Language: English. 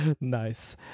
Nice